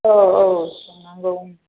औ औ सोंनांगौ